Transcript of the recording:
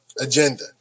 agenda